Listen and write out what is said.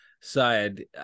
side